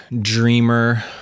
dreamer